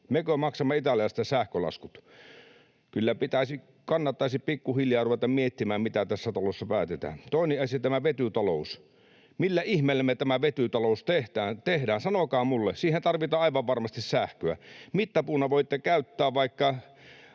Mekö maksamme italialaisten sähkölaskut? Kyllä kannattaisi pikkuhiljaa ruveta miettimään, mitä tässä talossa päätetään. Toinen asia on vetytalous. Millä ihmeellä me tämä vetytalous tehdään? Sanokaa minulle. Siihen tarvitaan aivan varmasti sähköä. Mittapuuna voitte käyttää vaikka